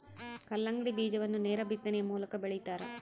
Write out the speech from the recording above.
ಕಲ್ಲಂಗಡಿ ಬೀಜವನ್ನು ನೇರ ಬಿತ್ತನೆಯ ಮೂಲಕ ಬೆಳಿತಾರ